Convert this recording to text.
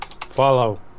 Follow